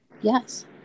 Yes